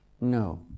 No